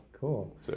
Cool